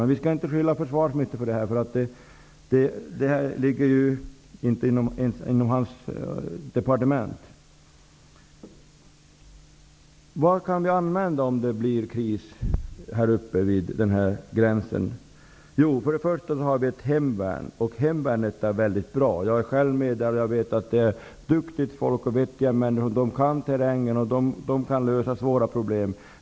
Men jag skall inte skylla på försvarsministern för detta, eftersom den frågan inte handläggs i hans departement. Vad kan vi använda oss av om det blir kris här uppe vid gränsen? Jo, för det första har vi ett hemvärn, och det är väldigt bra. Jag är själv med och vet att det finns duktigt folk och vettiga människor. De kan terrängen, och de kan lösa svåra problem.